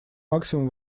максимум